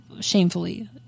Shamefully